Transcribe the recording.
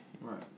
Right